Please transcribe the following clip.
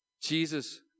Jesus